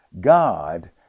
God